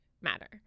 matter